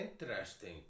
interesting